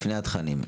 לפני התכנים.